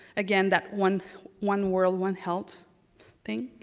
again, that one one world, one health thing.